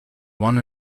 one